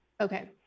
Okay